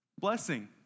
blessing